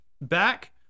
Back